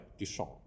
Duchamp